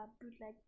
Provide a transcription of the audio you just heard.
bootleg